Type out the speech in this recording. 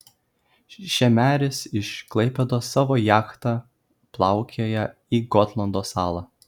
šemerys iš klaipėdos savo jachta plaukioja į gotlando salą